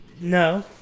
No